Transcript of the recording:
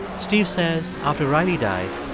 steve says after riley died,